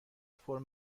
فرم